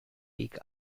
peak